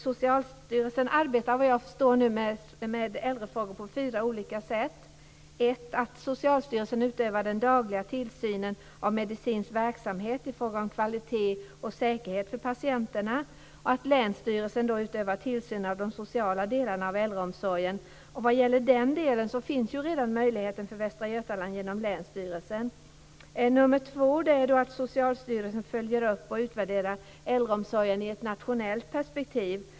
Socialstyrelsen arbetar, såvitt jag förstår, med äldrefrågor på fyra olika sätt. För det första handlar det om att Socialstyrelsen utövar den dagliga tillsynen av medicinsk verksamhet i fråga om kvalitet och säkerhet för patienterna och om att länsstyrelsen utövar tillsyn av de sociala delarna av äldreomsorgen. I den delen finns ju redan en sådan här möjlighet för Västra Götaland genom länsstyrelsen. För det andra handlar det om att Socialstyrelsen följer upp och utvärderar äldreomsorgen i ett nationellt perspektiv.